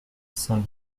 cent